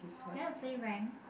do you want play ranked